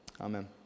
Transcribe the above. Amen